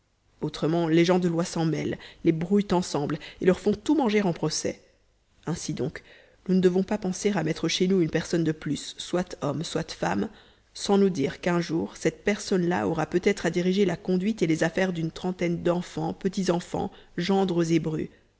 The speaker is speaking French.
autrement les gens de loi s'en mêlent les brouillent ensemble et leur font tout manger en procès ainsi donc nous ne devons pas penser à mettre chez nous une personne de plus soit homme soit femme sans nous dire qu'un jour cette personne là aura peut-être à diriger la conduite et les affaires d'une trentaine d'enfants petits-enfants gendres et brus